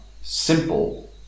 simple